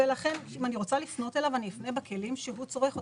לכן אם אני רוצה לפנות אליו אני אפנה אליו בכלים שהוא צורך אותם.